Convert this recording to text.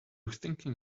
thinking